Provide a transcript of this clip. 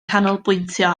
canolbwyntio